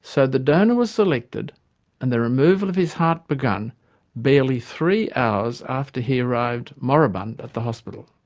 so the donor was selected and the removal of his heart begun barely three hours after he arrived, moribund, at the hospital.